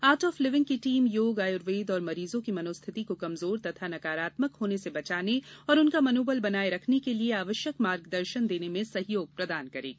art of Living की टीम योग आयुर्वेद और मरीजों की मनोस्थिति को कमजोर तथा नकारात्मक होने से बचाने और उनका मनोबल बनाए रखने के लिए आवश्यक मार्गदर्शन देने में सहयोग प्रदान करेगी